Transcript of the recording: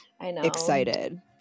excited